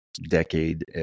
decade